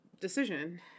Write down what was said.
decision